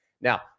Now